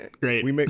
Great